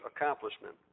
accomplishment